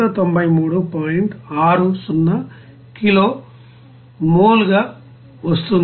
60 kilo mole గా వస్తోంది